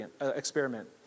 Experiment